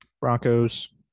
Broncos